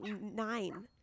nine